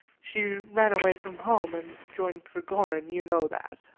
she ran away from home and joined trigorin you know that?